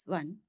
one